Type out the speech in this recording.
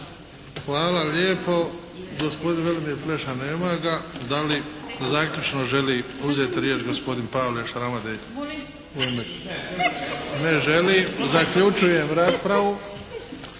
Hvala lijepo. Gospodin Velimir Pleša? Nema ga. Da li zaključno želi uzeti riječ gospodin Pavle Schramatei? Ne želi. Zaključujem raspravu.